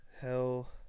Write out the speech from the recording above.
Hell